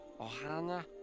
Ohana